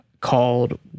called